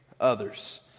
others